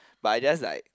but I just like